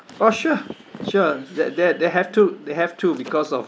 oh sure sure they they they have to they have to because of